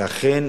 ואכן,